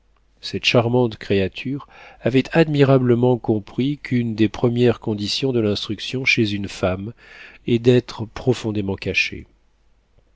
cette charmante créature avait admirablement compris qu'une des premières conditions de l'instruction chez une femme est d'être profondément cachée